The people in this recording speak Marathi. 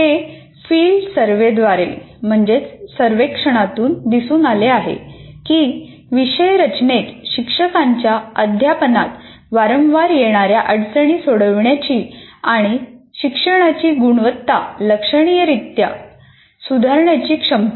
हे फील्ड सर्व्हेद्वारे दिसून आले आहे की विषय रचनेत शिक्षकांच्या अध्यापनात वारंवार येणार्या अडचणी सोडविण्याची आणि शिक्षणाची गुणवत्ता लक्षणीयरीत्या सुधारण्याची क्षमता आहे